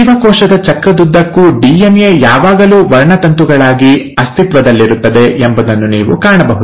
ಜೀವಕೋಶದ ಚಕ್ರದುದ್ದಕ್ಕೂ ಡಿಎನ್ಎ ಯಾವಾಗಲೂ ವರ್ಣತಂತುಗಳಾಗಿ ಅಸ್ತಿತ್ವದಲ್ಲಿರುತ್ತದೆ ಎಂಬುದನ್ನು ನೀವು ಕಾಣಬಹುದು